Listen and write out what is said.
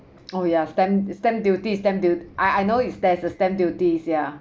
oh ya stamp stamp duty stamp du~ I I know it's there's a stamp duty yeah